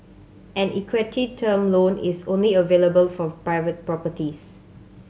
an equity term loan is only available for private properties